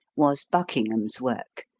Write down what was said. was buckingham's work,